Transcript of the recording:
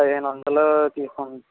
పదిహేను వందలు తీసుకోండి